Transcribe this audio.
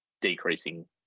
decreasing